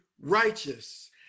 righteous